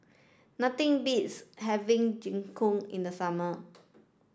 nothing beats having Jingisukan in the summer